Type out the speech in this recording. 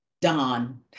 Don